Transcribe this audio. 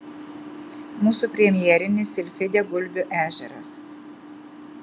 mūsų premjerinis silfidė gulbių ežeras